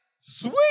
sweet